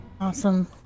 Awesome